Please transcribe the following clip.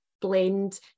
blend